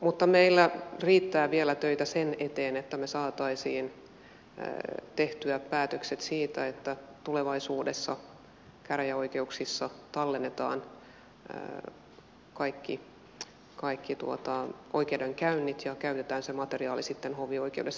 mutta meillä riittää vielä töitä sen eteen että me saisimme tehtyä päätökset siitä että tulevaisuudessa käräjäoikeuksissa tallennetaan kaikki oikeudenkäynnit ja käytetään se materiaali sitten hovioikeudessa